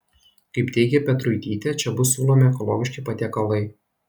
kaip teigė petruitytė čia bus siūlomi ekologiški patiekalai